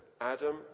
Adam